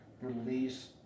release